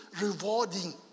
rewarding